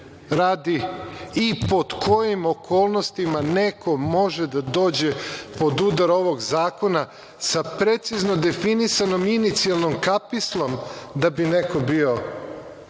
radi i pod kojim okolnostima neko može da dođe pod udar ovog zakona, sa precizno definisanom inicijalnom kapislom da bi neko bio